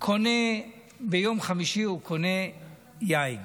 קונה ביום חמישי יין.